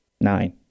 Nine